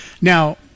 Now